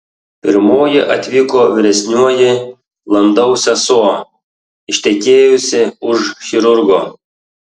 pirmoji atvyko vyresnioji landau sesuo ištekėjusi už chirurgo